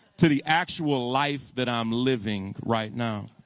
to the actual life that i'm living right now.